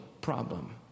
problem